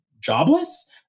jobless